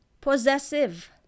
possessive